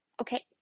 okay